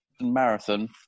Marathon